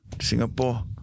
Singapore